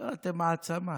אתם מעצמה.